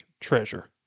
treasure